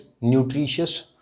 nutritious